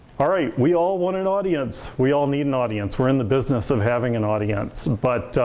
alright, we all want an audience. we all need an audience. we're in the business of having an audience, but